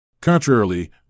Contrarily